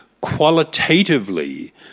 Qualitatively